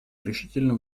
решительно